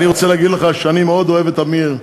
ואני רוצה להגיד לך שאני מאוד אוהב את עמיר,